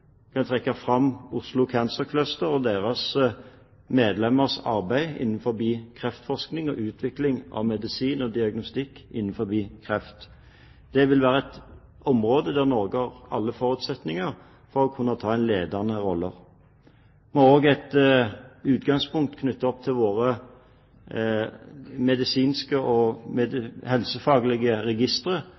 kan f.eks. trekke fram Oslo Cancer Cluster og deres medlemmers arbeid innenfor kreftforskning og utvikling av medisin og diagnostikk når det gjelder kreft. Det vil være et område der Norge har alle forutsetninger for å kunne ta en ledende rolle. Vi har også et utgangspunkt, knyttet opp til våre medisinske og helsefaglige registre,